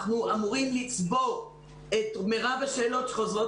אנחנו אמורים לצבור את מירב השאלות שחוזרות